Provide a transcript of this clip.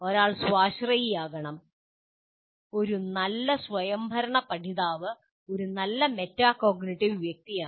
ഒരാൾ സ്വാശ്രയിയാകണം ഒരു നല്ല സ്വയംഭരണ പഠിതാവ് ഒരു നല്ല മെറ്റാകോഗ്നിറ്റീവ് വ്യക്തിയാണ്